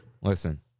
Listen